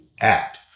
act